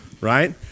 right